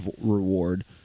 reward